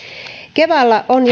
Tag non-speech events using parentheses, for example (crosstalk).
kevalla on (unintelligible)